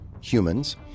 humans